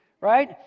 right